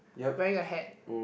wearing a hat